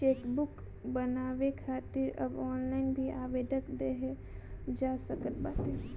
chequebook बनवावे खातिर अब ऑनलाइन भी आवेदन देहल जा सकत बाटे